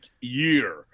year